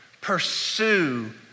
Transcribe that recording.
Pursue